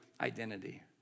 identity